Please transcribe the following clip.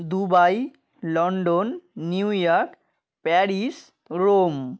Dubai London New York Paris Rome